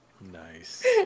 Nice